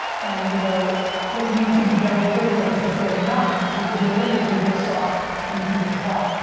and you know like you need to be very careful because if they're not, the demand is gonna get soft and you can get caught.